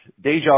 Deja